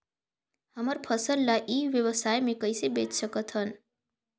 हमर फसल ल ई व्यवसाय मे कइसे बेच सकत हन?